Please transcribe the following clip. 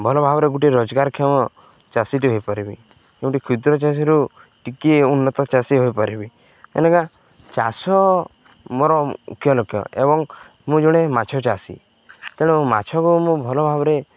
ଭଲ ଭାବରେ ଗୋଟେ ରୋଜଗାରକ୍ଷମ ଚାଷୀଟି ହୋଇପାରିବି ଯେଉଁ କ୍ଷୁଦ୍ର ଚାଷୀରୁ ଟିକେ ଉନ୍ନତ ଚାଷୀ ହୋଇପାରିବି ଏକା ଚାଷ ମୋର ମୁଖ୍ୟ ଲକ୍ଷ୍ୟ ଏବଂ ମୁଁ ଜଣେ ମାଛ ଚାଷୀ ତେଣୁ ମାଛକୁ ମୁଁ ଭଲ ଭାବରେ